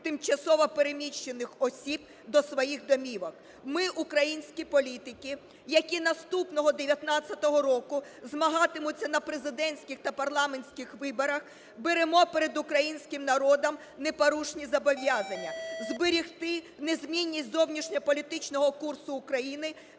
тимчасово переміщених осіб до своїх домівок, ми, українські політики, які наступного 19-го року змагатимуться на президентських та парламентських виборах, беремо перед українським народом непорушні зобов'язання: зберегти незмінність зовнішньополітичного курсу України